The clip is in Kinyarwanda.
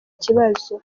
kibazo